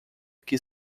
que